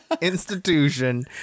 institution